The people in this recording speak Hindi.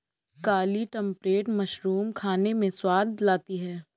काली ट्रंपेट मशरूम खाने में स्वाद लाती है